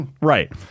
right